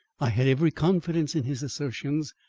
i had every confidence in his assertions.